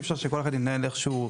אי אפשר שכל אחד ינהל איך שהוא רוצה.